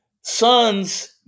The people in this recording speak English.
sons